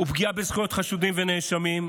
ופגיעה בזכויות חשודים ונאשמים.